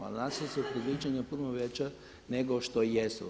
Ali naša su predviđanja puno veća nego što jesu.